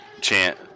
chant